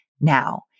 now